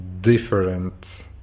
different